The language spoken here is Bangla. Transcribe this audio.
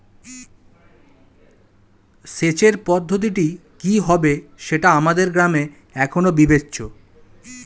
সেচের পদ্ধতিটি কি হবে সেটা আমাদের গ্রামে এখনো বিবেচ্য